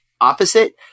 opposite